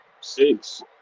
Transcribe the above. six